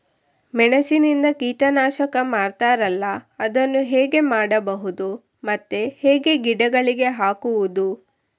ಮೆಣಸಿನಿಂದ ಕೀಟನಾಶಕ ಮಾಡ್ತಾರಲ್ಲ, ಅದನ್ನು ಹೇಗೆ ಮಾಡಬಹುದು ಮತ್ತೆ ಹೇಗೆ ಗಿಡಗಳಿಗೆ ಹಾಕುವುದು?